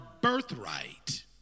birthright